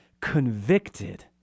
convicted